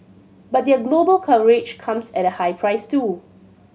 but their global coverage comes at a high price too